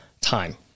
Time